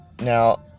Now